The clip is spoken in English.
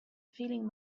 feeling